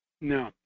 No